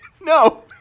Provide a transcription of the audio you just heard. No